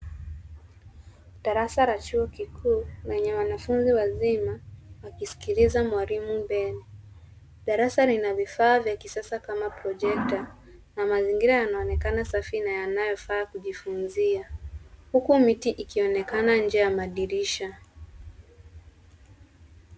Darasa la chuo kikuu lenye wanafunzi wazima wakisikiliza mwalimu mbele. Darasa lina vifaa vya kisasa kama projector na mazingira yanaonekana safi na yanayofaa kujifunzia. Huku miti ikionekana nje ya madirisha .